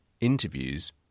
interviews